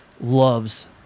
loves